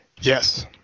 yes